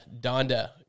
Donda